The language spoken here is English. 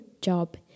job